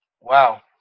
wow